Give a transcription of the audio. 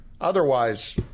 Otherwise